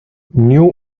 new